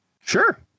Sure